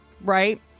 right